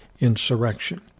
insurrection